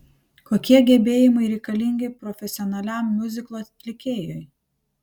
kokie gebėjimai reikalingi profesionaliam miuziklo atlikėjui